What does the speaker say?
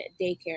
daycare